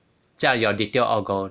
这样 your details all gone